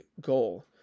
goal